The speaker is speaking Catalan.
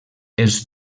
els